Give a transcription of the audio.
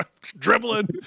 dribbling